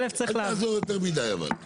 אל תעזור יותר מידי, אבל.